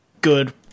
good